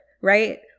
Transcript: Right